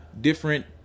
different